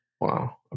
Wow